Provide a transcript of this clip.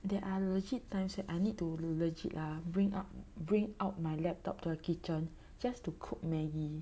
there are legit times that I need to legit ah bring up bring out my laptop to the kitchen just to cook Maggie